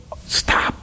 stop